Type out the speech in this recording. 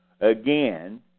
again